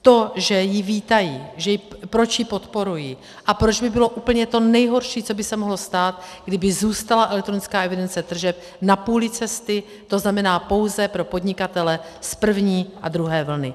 To, že ji vítají, proč ji podporují a proč by bylo úplně to nejhorší, co by se mohlo stát, kdyby zůstala elektronická evidence tržeb na půli cesty, to znamená pouze pro podnikatele z první a druhé vlny.